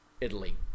italy